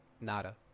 Nada